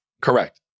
Correct